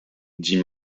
dit